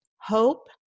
hope